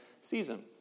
season